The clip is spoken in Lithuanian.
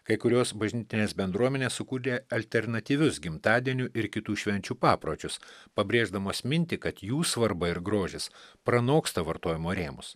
kai kurios bažnytinės bendruomenės sukūrė alternatyvius gimtadienių ir kitų švenčių papročius pabrėždamos mintį kad jų svarba ir grožis pranoksta vartojimo rėmus